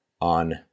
on